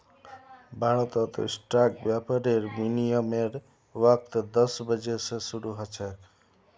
भारतत स्टॉक व्यापारेर विनियमेर वक़्त दस बजे स शरू ह छेक